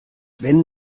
wenn